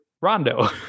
Rondo